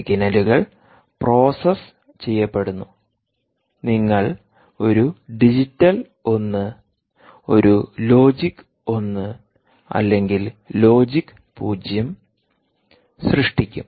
സിഗ്നലുകൾ പ്രോസസ്സ് ചെയ്യപ്പെടുന്നു നിങ്ങൾ ഒരു ഡിജിറ്റൽ ഒന്ന് ഒരു ലോജിക് 1 അല്ലെങ്കിൽ ലോജിക് 0 പൂജ്യം സൃഷ്ടിക്കും